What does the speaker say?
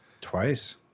Twice